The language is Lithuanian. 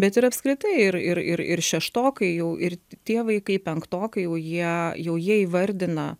bet ir apskritai ir ir ir ir šeštokai jau ir tie vaikai penktokai jau jie jau jie įvardina